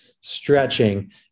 stretching